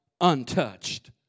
untouched